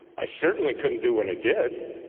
i certainly couldn't do what i did